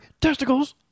testicles